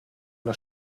una